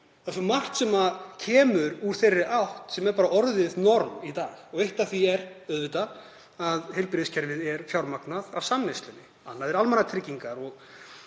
Það er svo margt sem kemur úr þeirri átt sem er bara orðið norm í dag. Eitt af því er auðvitað að heilbrigðiskerfið er fjármagnað af samneyslunni, annað er almannatryggingar og